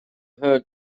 heard